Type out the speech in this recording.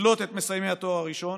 לקלוט את מסיימי תואר ראשון,